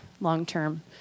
long-term